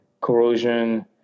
corrosion